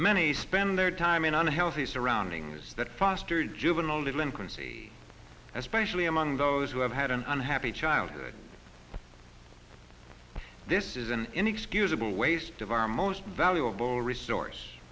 many spend their time in unhealthy surroundings that fostered juvenile delinquency especially among those who have had an unhappy childhood this is an inexcusable waste of our most valuable resource